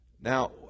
Now